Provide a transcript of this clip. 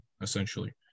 essentially